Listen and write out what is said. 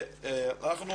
אנחנו